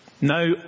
now